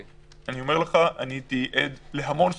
אני אומר לך, הייתי עד להמון שיחות,